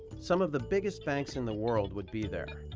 some of the biggest banks in the world would be there.